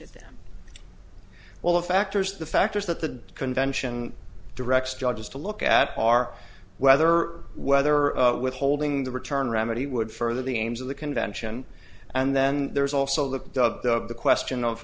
at them well of factors the factors that the convention directs judges to look at our weather whether withholding the return remedy would further the aims of the convention and then there's also look the question of